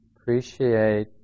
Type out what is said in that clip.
Appreciate